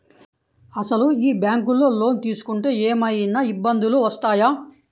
అసలు ఈ బ్యాంక్లో లోన్ తీసుకుంటే ఏమయినా ఇబ్బందులు వస్తాయా?